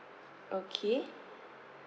okay